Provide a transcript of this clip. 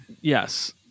Yes